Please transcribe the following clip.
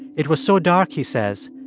it was so dark, he says,